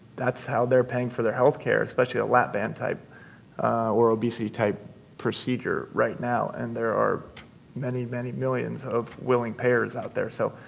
that's how they're paying for their healthcare-especially a lap band type or obesity type procedure right now. and there are many, many millions of and pairs out there. so,